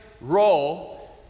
role